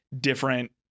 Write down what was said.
different